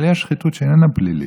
אבל יש שחיתות שהיא איננה פלילית,